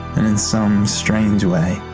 and in some strange way,